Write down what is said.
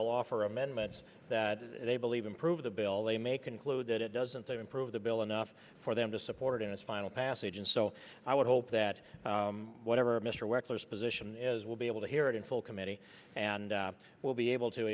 will offer amendments that they believe improve the bill they may conclude that it doesn't they improve the bill enough for them to support it in its final passage and so i would hope that whatever mr wexler's position is we'll be able to hear it in full committee and we'll be able to